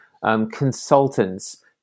Consultants